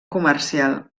comercial